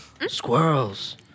squirrels